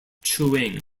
chewing